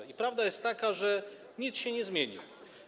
I prawda jest taka, że nic się nie zmieni.